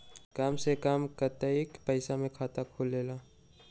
कम से कम कतेइक पैसा में खाता खुलेला?